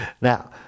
Now